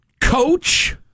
coach